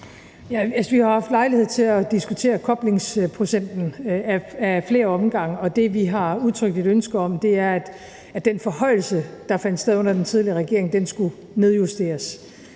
Vi har jo haft lejlighed til at diskutere koblingsprocenten ad flere omgange, og det, vi har udtrykt et ønske om, er, at den forhøjelse, der fandt sted under den tidligere regering, skulle nedjusteres.